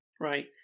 right